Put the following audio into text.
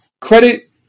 credit